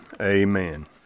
amen